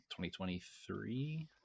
2023